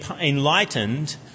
enlightened